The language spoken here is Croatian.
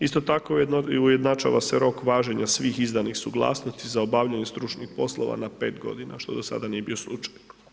Isto tako, ujednačava se rok važenja svih izdanih suglasnosti za obavljanje stručnih poslova na pet godina, što do sada nije bio slučaj.